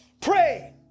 pray